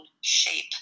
shape